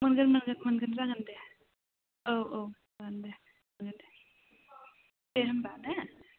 मोनगोन मोनगोन मोनगोन जागोन दे औ औ जागोन दे दे होम्बा दे